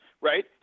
right